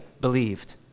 believed